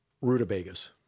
Rutabagas